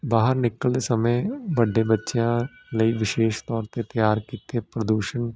ਬਾਹਰ ਨਿਕਲਦੇ ਸਮੇਂ ਵੱਡੇ ਬੱਚਿਆਂ ਲਈ ਵਿਸ਼ੇਸ਼ ਤੌਰ 'ਤੇ ਤਿਆਰ ਕੀਤੇ ਪ੍ਰਦੂਸ਼ਣ